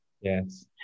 yes